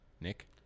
nick